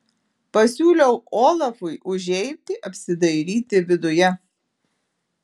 pasiūliau olafui užeiti apsidairyti viduje